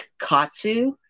katsu